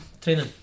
training